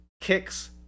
kicks